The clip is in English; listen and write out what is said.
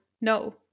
No